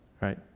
right